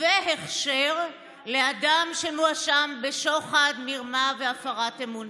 והכשר לאדם שמואשם בשוחד, במרמה ובהפרת אמונים.